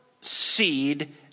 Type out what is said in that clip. seed